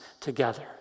together